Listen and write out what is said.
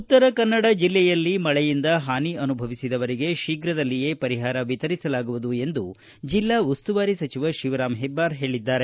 ಉತ್ತರ ಕನ್ನಡ ಜಿಲ್ಲೆಯಲ್ಲಿ ಮಳೆಯಿಂದ ಹಾನಿ ಅನುಭವಿಸಿದವರಿಗೆ ಶೀಘ್ರದಲ್ಲಿಯೇ ಪರಿಹಾರ ವಿತರಿಸಲಾಗುವುದು ಎಂದು ಜೆಲ್ಲಾ ಉಸ್ತುವಾರಿ ಸಚಿವ ಶಿವರಾಂ ಹೆಬ್ಬಾರ್ ಹೇಳಿದ್ದಾರೆ